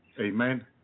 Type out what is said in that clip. Amen